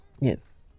Yes